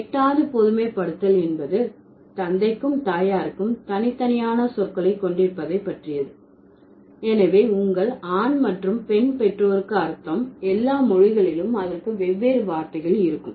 எட்டாவது பொதுமைப்படுத்தல் என்பது தந்தைக்கும் தாயாருக்கும் தனி தனியான சொற்களை கொண்டிருப்பதை பற்றியது எனவே உங்கள் ஆண் மற்றும் பெண் பெற்றோருக்கு அர்த்தம் எல்லா மொழிககளிலும் அதற்கு வெவ்வேறு வார்த்தைகள் இருக்கும்